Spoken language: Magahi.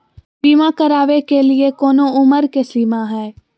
बीमा करावे के लिए कोनो उमर के सीमा है?